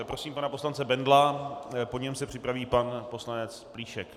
Prosím pana poslance Bendla, po něm se připraví pan poslanec Plíšek.